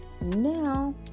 Now